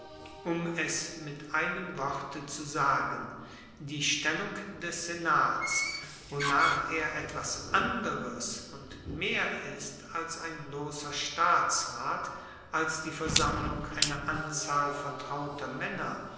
um es mit einem worte zu sagen die stellung des senats wonach er etwas anderes und mehr ist als ein blosser staatsrat als die versammlung einer anzahl vertrauter maenner